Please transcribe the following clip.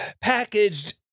packaged